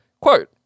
quote